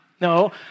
No